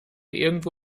irgendwo